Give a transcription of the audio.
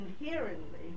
inherently